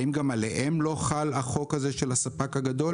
האם גם עליהן לא חל החוק של הספק הגדול?